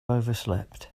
overslept